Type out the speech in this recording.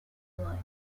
airline